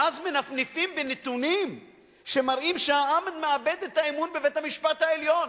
ואז מנפנפים בנתונים שמראים שהעם מאבד את האמון בבית-המשפט העליון.